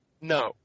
no